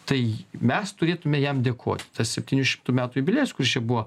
tai mes turėtume jam dėkot tas septynių šimtų metų jubiliejus kuris čia buvo